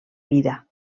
vida